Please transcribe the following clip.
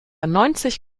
neunzig